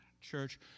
church